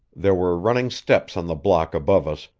there were running steps on the block above us,